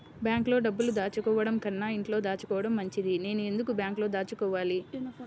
బ్యాంక్లో డబ్బులు దాచుకోవటంకన్నా ఇంట్లో దాచుకోవటం మంచిది నేను ఎందుకు బ్యాంక్లో దాచుకోవాలి?